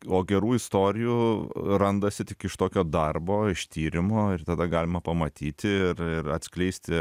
o gerų istorijų randasi tik iš tokio darbo iš tyrimo ir tada galima pamatyti ir ir atskleisti